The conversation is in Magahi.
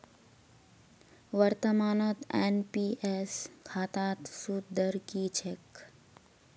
वर्तमानत एन.पी.एस खातात सूद दर की छेक